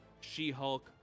She-Hulk